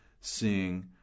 seeing